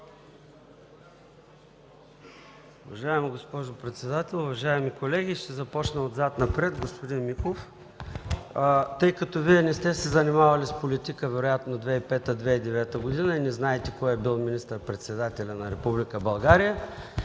Уважаема госпожо председател, уважаеми колеги, ще започна отзад напред. Господин Михов, тъй като Вие не сте се занимавали с политика вероятно през 2005-2009 г. и не знаете кой е бил министър-председателят на Република България